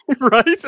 Right